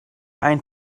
ein